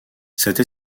cette